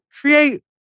create